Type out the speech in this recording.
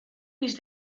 mis